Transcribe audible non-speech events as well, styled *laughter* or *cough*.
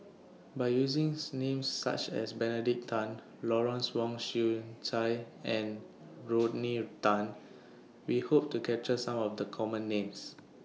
By using *unintelligible* Names such as Benedict Tan Lawrence Wong Shyun Tsai and Rodney Tan We Hope to capture Some of The Common Names